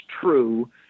true